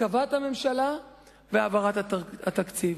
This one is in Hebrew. הרכבת הממשלה והעברת התקציב.